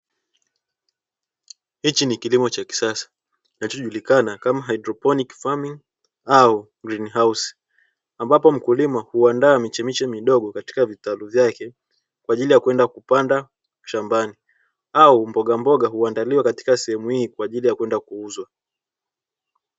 Hichi ni kilimo cha kisasa kijulikanacho kama haidroponi au "greenhouse", ambapo mkulima huandaa miche midogo katika vitabu vyake kwa ajili ya kwenda kupanda shambani au mbogamboga huandaliwa katika sehemu hii kwa ajili ya kwenda kuuzwa.